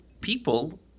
people